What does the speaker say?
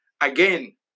Again